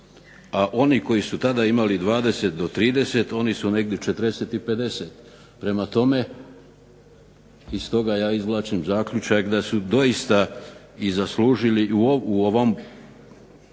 A oni koji su tada imali 20 do 30 oni su negdje 40 i 50. Prema tome, iz toga ja izvlačim zaključak da su doista i zaslužili u ovom